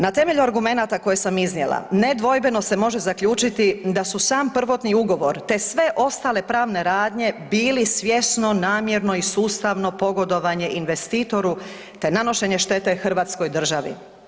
Na temelju argumenata koje sam iznijela nedvojbeno se može zaključiti da su sam prvotni ugovor te sve ostale pravne radnje bili svjesno, namjerno i sustavno pogodovanje investitoru te nanošenje štete Hrvatskoj državi.